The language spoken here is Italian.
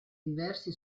diversi